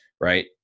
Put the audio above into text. right